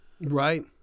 right